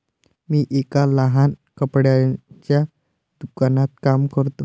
मी एका लहान कपड्याच्या दुकानात काम करतो